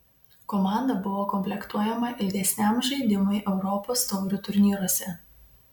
komanda buvo komplektuojama ilgesniam žaidimui europos taurių turnyruose